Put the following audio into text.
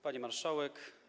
Pani Marszałek!